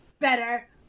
Better